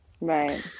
right